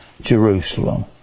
Jerusalem